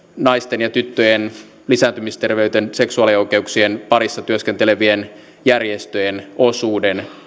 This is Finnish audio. naisten ja tyttöjen lisääntymisterveyden seksuaalioikeuksien parissa työskentelevien järjestöjen osuuden